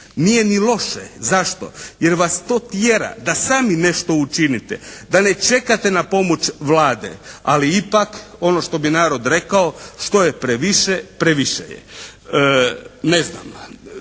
nije ni loše, zašto? Jer vas to tjera da sami nešto učinite, da ne čekate na pomoć Vlade ali ono što bi narod rekao što je previše, previše je. Ne znam,